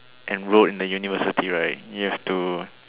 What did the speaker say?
enrolled in the university right you have to